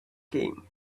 came